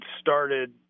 started